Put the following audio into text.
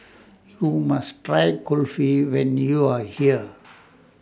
YOU must Try Kulfi when YOU Are here